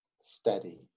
steady